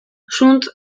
zuntz